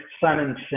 Simon